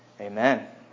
Amen